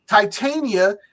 Titania